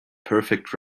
perfect